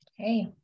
Okay